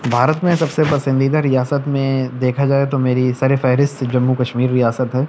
بھارت میں سب سے پسندیدہ ریاست میں دیکھا جائے تو میری سرِ فہرست جمو کشمیر ریاست ہے